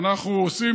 אנחנו עושים,